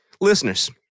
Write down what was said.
Listeners